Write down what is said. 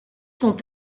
sont